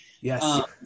Yes